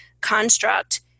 construct